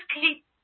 keep